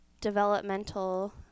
developmental